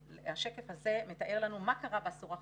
השקף הזה מתאר לנו מה קרה בעשור האחרון.